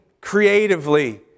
creatively